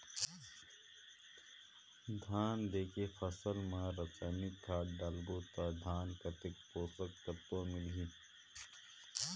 धान देंके फसल मा रसायनिक खाद डालबो ता धान कतेक पोषक तत्व मिलही?